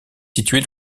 située